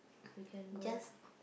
we can go also